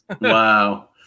Wow